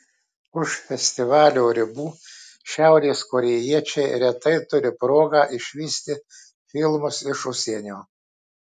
už festivalio ribų šiaurės korėjiečiai retai turi progą išvysti filmus iš užsienio